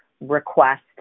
request